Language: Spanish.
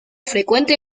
frecuente